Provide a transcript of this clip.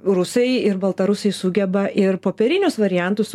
rusai ir baltarusiai sugeba ir popierinius variantus